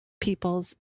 people's